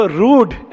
rude